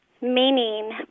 meaning